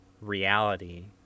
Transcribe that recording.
reality